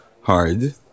hard